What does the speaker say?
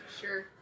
sure